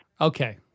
Okay